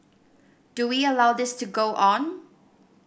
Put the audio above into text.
do we allow this to go on